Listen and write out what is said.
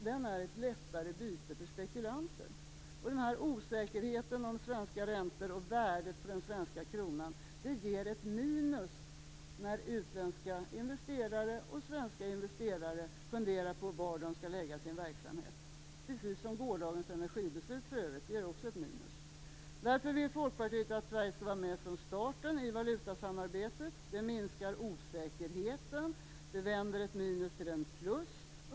Den är ett lättare byte för spekulanter. Den här osäkerheten om svenska räntor och om värdet på den svenska kronan, ger ett minus när utländska och svenska investerare funderar på var de skall förlägga sin verksamhet - precis som gårdagens energibeslut, för övrigt. Det ger också ett minus. Därför vill Folkpartiet att Sverige skall vara med från starten i valutasamarbetet. Det minskar osäkerheten. Det vänder ett minus till ett plus.